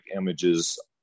images